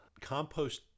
compost